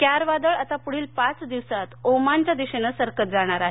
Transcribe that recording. क्यार वादळ आता पुढील पाच दिवसात ओमानच्या दिशेने सरकत जाणार आहे